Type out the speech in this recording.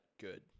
good